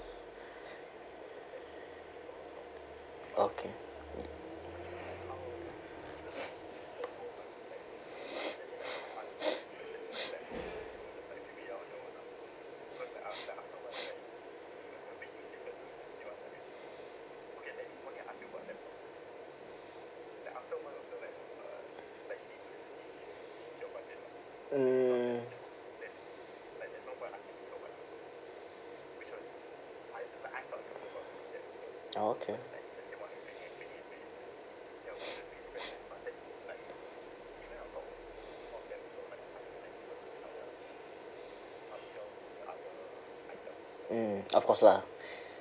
okay mm ah okay mm of course lah